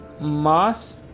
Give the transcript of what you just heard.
mass